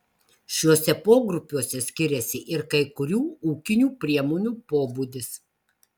šiuose pogrupiuose skiriasi ir kai kurių ūkinių priemonių pobūdis